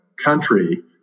country